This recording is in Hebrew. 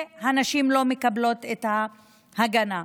והנשים לא מקבלות את ההגנה.